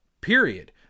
period